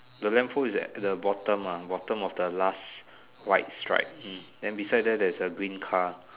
the lamp post is at the bottom ah bottom of the last white stripe hmm than beside there there is a green car